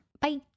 Bye